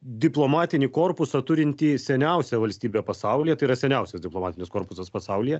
diplomatinį korpusą turinti seniausia valstybė pasaulyje tai yra seniausias diplomatinis korpusas pasaulyje